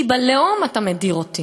כי בלאום אתה מדיר אותי